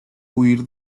huir